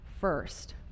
first